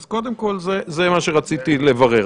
אז קודם כול, זה מה שרציתי לברר.